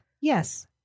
Yes